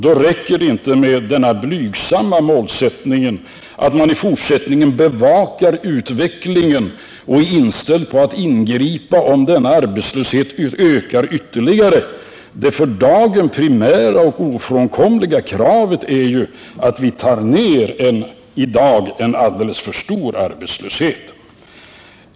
Då räcker det inte med den blygsamma målsättningen att man i fortsättningen bevakar utvecklingen och är inställd på att ingripa om arbetslösheten ökar ytterligare. Det för dagen primära och ofrånkomliga kravet är ju att vi minskar en arbetslöshet som är alldeles för stor.